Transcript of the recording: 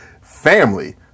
family